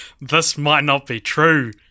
this-might-not-be-true